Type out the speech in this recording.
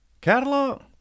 Catalog